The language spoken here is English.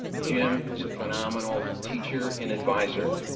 jim is a phenomenal teacher and adviser